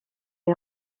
est